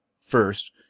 first